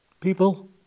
People